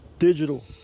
Digital